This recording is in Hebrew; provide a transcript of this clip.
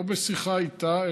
לא בשיחה איתה,